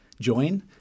join